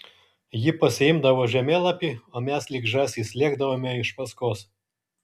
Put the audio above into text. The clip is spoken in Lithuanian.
ji pasiimdavo žemėlapį o mes lyg žąsys lėkdavome iš paskos